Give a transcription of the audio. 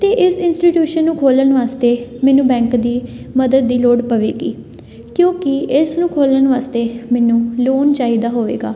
ਅਤੇ ਇਸ ਇੰਸਟੀਟਿਊਸ਼ਨ ਨੂੰ ਖੋਲ੍ਹਣ ਵਾਸਤੇ ਮੈਨੂੰ ਬੈਂਕ ਦੀ ਮਦਦ ਦੀ ਲੋੜ ਪਵੇਗੀ ਕਿਉਂਕਿ ਇਸ ਨੂੰ ਖੋਲ੍ਹਣ ਵਾਸਤੇ ਮੈਨੂੰ ਲੋਨ ਚਾਹੀਦਾ ਹੋਵੇਗਾ